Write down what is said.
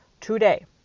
today